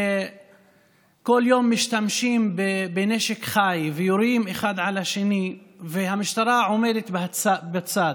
שכל יום משתמשים בנשק חי ויורים אחד על השני והמשטרה עומדת בצד,